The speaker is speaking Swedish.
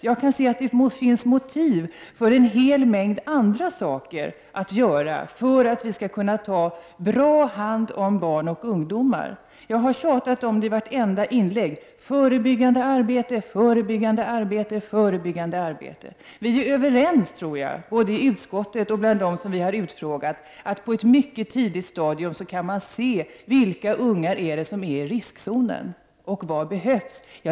Jag kan dock se att det finns motiv för att vidta en hel mängd andra åtgärder för att vi skall kunna ta bra hand om barn och ungdomar. Jag har tjatat om detta i alla mina inlägg, dvs. förebyggande arbete. Vi är överens om, tror jag — det gäller både utskottet och dem som vi har frågat — att man på ett mycket tidigt stadium kan se vilka ungar som är i riskzonen och vad det är som behöver göras.